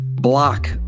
Block